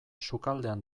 sukaldean